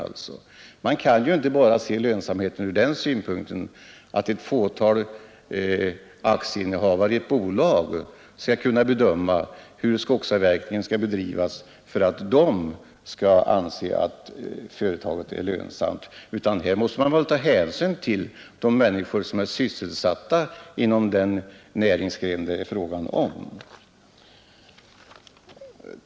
Man kan inte bara se lönsamheten ur den synpunkten att ett fåtal aktieinnehavare i ett bolag skall kunna bedöma hur skogsavverkningen bör bedrivas för att de skall anse att företaget är lönsamt, utan här måste man väl ta hänsyn till de människor som är sysselsatta inom den näringsgren det är fråga om.